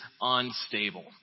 unstable